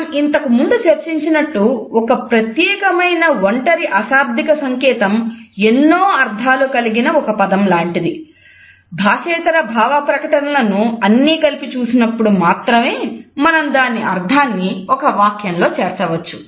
మనం ఇంతకుముందు చర్చించినట్టు ఒక ప్రత్యేకమైన ఒంటరి అశాబ్దిక అన్నీ కలిపి చూసినప్పుడు మాత్రమే మనం దాని అర్థాన్ని ఒక వాక్యంలో చేర్చవచ్చు